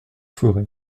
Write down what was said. ferez